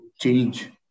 change